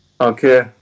Okay